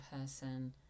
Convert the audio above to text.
person